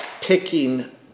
picking